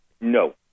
No